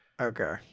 Okay